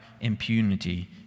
impunity